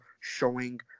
showing